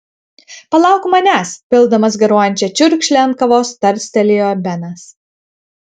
palauk manęs pildamas garuojančią čiurkšlę ant kavos tarstelėjo benas